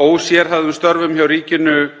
Ósérhæfðum störfum hjá ríkinu fækkaði sem sagt úr rúmlega 7.800 í rúmlega 6.800, eða úr u.þ.b. 44% af heildarfjölda í 36%,